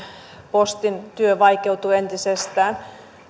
postin työ vaikeutuu entisestään